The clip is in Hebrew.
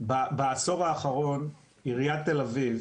בעשור האחרון עיריית תל אביב